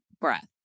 breath